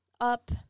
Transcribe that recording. up